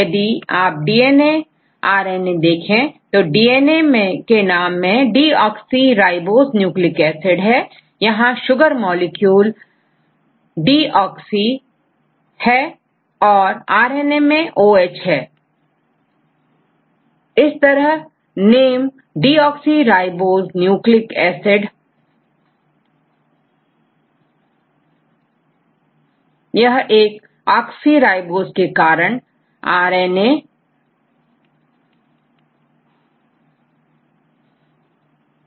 यदि आप DNA rRNA देखें तो डीएनए के नाम से डीऑक्सिराइबोस न्यूक्लिक एसिड है यहां पर शुगर मॉलिक्यूल H डीऑक्सी है जबकि आर एन ए में यह OH है एक oxyribose के कारण यह आर एन ए है अर्थात